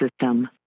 system